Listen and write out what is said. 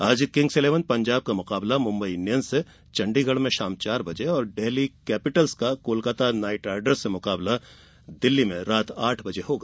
आज Kings Eleven Punjab का मुकाबला मुंबई इंडियन्स से चंडीगढ़ में शाम चार बजे और डेल्ही कैपिटल्स का कोलकाता नाइट राइडर्स से दिल्ली में रात आठ बजे होगा